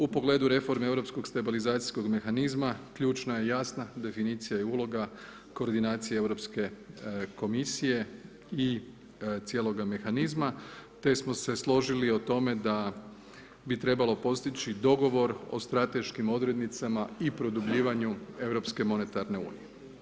U pogledu reforme europskog stabilizacijskog mehanizma, ključna je jasna definicija i uloga koordinacije Europske komisije i cijeloga mehanizma te smo se složili i o tome da bi trebalo postići dogovor o strateškim odrednicama i produbljivanju Europske monetarne Unije.